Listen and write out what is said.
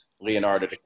Leonardo